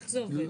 איך זה עובד?